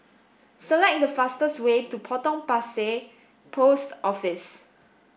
select the fastest way to Potong Pasir Post Office